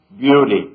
beauty